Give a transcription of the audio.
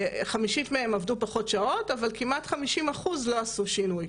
חמישית מהן עבדו פחות שעות אבל כמעט 50% לא עשו שינוי.